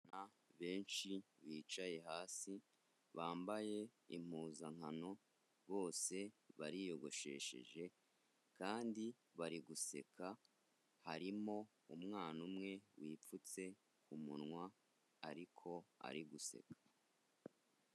Abana benshi bicaye hasi, bambaye impuzankano, bose bariyogoshesheje kandi bari guseka, harimo umwana umwe wipfutse ku munwa ariko ari guseka.